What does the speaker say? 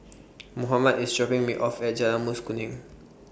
Mohammed IS dropping Me off At Jalan Mas Kuning